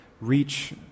reach